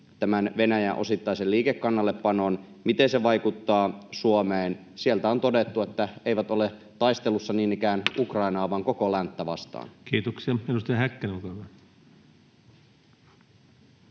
tämän Venäjän osittaisen liikekannallepanon, miten se vaikuttaa Suomeen. Sieltä on todettu, että eivät ole taistelussa vain Ukrainaa vaan koko länttä vastaan. Kiitoksia. — Edustaja Häkkänen, olkaa hyvä.